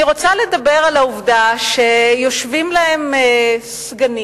אני רוצה לדבר על העובדה שיושבים להם שגרירים,